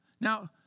Now